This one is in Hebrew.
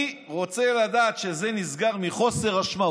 אני רוצה לדעת שזה נסגר מחוסר אשמה.